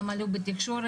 גם עלו בתקשורת,